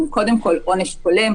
הן קודם כול עונש הולם,